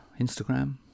instagram